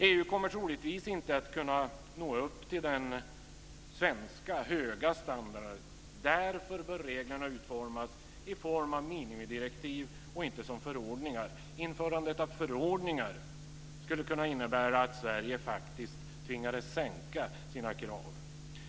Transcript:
EU kommer troligtvis inte att kunna nå upp till den svenska höga standarden. Därför bör reglerna utformas som minimidirektiv och inte som förordningar. Införandet av förordningar skulle kunna innebära att Sverige faktiskt tvingades sänka sina krav.